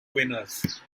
winners